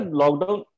lockdown